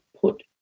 put